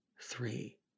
three